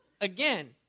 again